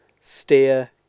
Steer